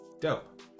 dope